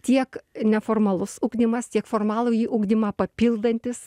tiek neformalus ugdymas tiek formalųjį ugdymą papildantis